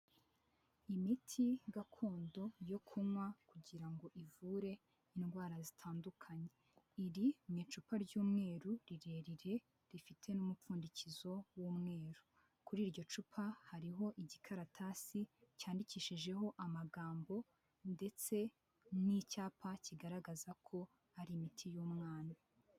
Imiti gakondo yo kunywa kugira ngo ivure indwara zitandukanye. Iri mu icupa ry'umweru rirerire rifite n'umupfundikizo w'umweru. Kuri iryo cupa hariho igikaratasi cyandikishijeho amagambo ndetse n'icyapa kigaragaza ko hari imiti y'umwana.